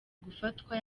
gufatwa